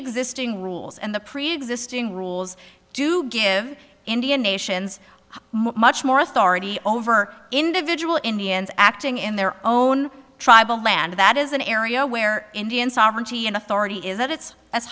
existing rules and the preexisting rules do give indian nations much more authority over individual indians acting in their own tribal land that is an area where indian sovereignty and authority is that it's